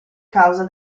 causa